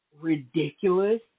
ridiculous